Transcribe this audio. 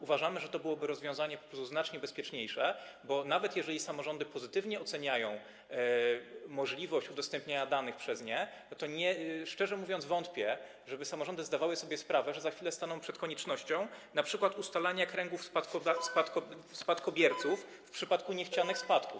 Uważamy, że to byłoby rozwiązanie znacznie bezpieczniejsze, bo nawet jeżeli samorządy pozytywnie oceniają możliwość udostępniania przez nie danych, to szczerze mówiąc, wątpię, żeby samorządy zdawały sobie sprawę, że za chwilę staną przed koniecznością np. ustalania kręgów spadkobierców w przypadku niechcianych spadków.